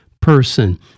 person